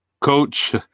Coach